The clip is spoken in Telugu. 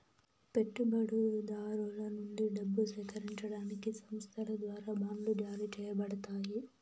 పెట్టుబడిదారుల నుండి డబ్బు సేకరించడానికి సంస్థల ద్వారా బాండ్లు జారీ చేయబడతాయి